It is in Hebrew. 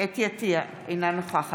חוה אתי עטייה, אינה נוכחת